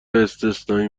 استثنایی